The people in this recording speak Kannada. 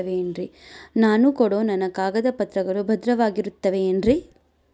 ನಾನು ಕೊಡೋ ನನ್ನ ಕಾಗದ ಪತ್ರಗಳು ಭದ್ರವಾಗಿರುತ್ತವೆ ಏನ್ರಿ?